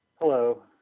Hello